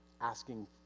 asking